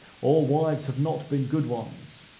all wives have not been good ones.